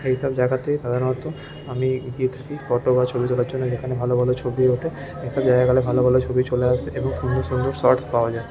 এইসব জাইগাতে সাধারণত আমি গিয়ে থাকি ফোটো বা ছবি তোলার জন্য যেখানে ভালো ভালো ছবি ওঠে এই সব জায়গাগুলো ভালো ভালো ছবি চলে আসে এবং সুন্দর সুন্দর শর্টস পাওয়া যায়